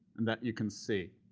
and that you can see.